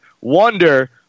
wonder